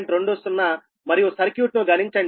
20 మరియు సర్క్యూట్ ను గణించండి